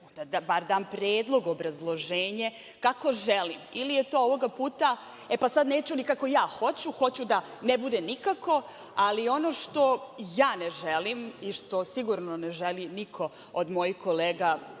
bar dam predlog, obrazloženje kako želim, ili je to ovog puta – e, pa sad neću ni kako ja hoću, hoću da ne bude nikako. Ali ono što ja ne želim i što sigurno ne želi niko od mojih kolega